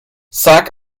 sag